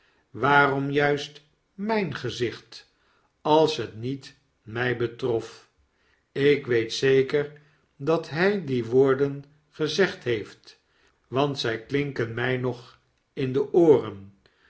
waarom juist-myngezicht als het niet my betrof ik weet zeker dat hy die woorden gezegd heeft want zy klinken mij nog in de ooren